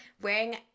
wearing